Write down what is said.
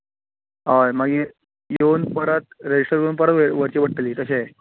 हय मागीर येवन रेजिस्टर परत करचीं पडटलीं तशें